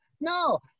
No